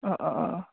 अह अह अह